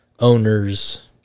owner's